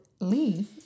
leave